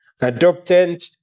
adopted